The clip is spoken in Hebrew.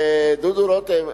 דודו רותם,